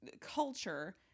culture